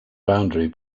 boundary